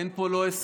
אין פה הישג.